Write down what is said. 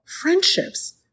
friendships